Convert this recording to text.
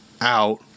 out